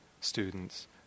students